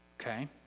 Okay